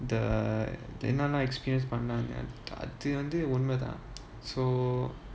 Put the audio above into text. the என்னென்ன:ennenna experience பண்ணனும்அதுவந்துஉண்மைதான்:pannanum adhu vanthu unmai thaan so